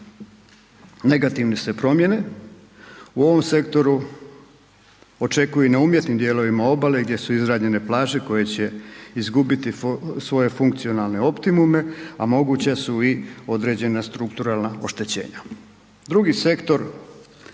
Negativne se promjene u ovom sektoru očekuju i na umjetnim dijelovima obale gdje su izgrađene plaže koje će izgubiti svoje funkcionalne optimume, a moguća su i određena strukturalna oštećenja. Drugi sektor